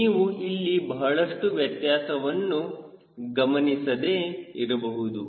ನೀವು ಇಲ್ಲಿ ಬಹಳಷ್ಟು ವ್ಯತ್ಯಾಸವನ್ನು ಗಮನಿಸದೆ ಇರಬಹುದು